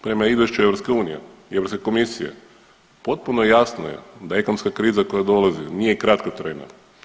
Prema izvješću EU i EU komisije, potpuno jasno je da ekonomska kriza koja dolazi nije kratkotrajna.